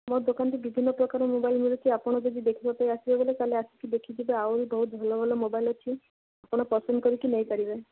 ମୋ ଦୋକାନରେ ତ ବିଭିନ୍ନ ପ୍ରକାରର ମୋବାଇଲ୍ ମିଳୁଛି ଆପଣ ଯଦି ଦେଖିବାପାଇଁ ଆସିବେ ବୋଲି ତାହେଲେ ଆସିକି ଦେଖିଯିବେ ଆହୁରି ଭଲ ଭଲ ମୋବାଇଲ୍ ଅଛି ଆପଣ ପସନ୍ଦ କରିକି ନେଇପାରିବେ